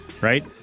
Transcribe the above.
Right